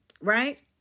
Right